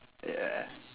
ya